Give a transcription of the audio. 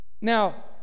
now